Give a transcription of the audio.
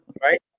Right